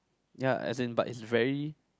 ya as in but it's very